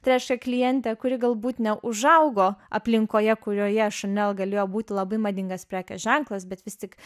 tai reiškia klientę kuri galbūt neužaugo aplinkoje kurioje chanel galėjo būti labai madingas prekės ženklas bet vis tik